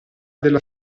della